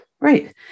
Right